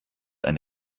eine